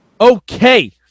Okay